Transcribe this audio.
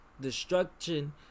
Destruction